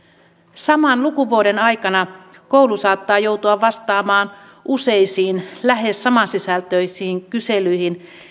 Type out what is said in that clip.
saman lukuvuoden aikana koulu saattaa joutua vastaamaan useisiin lähes samansisältöisiin kyselyihin